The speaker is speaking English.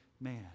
man